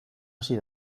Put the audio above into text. hasi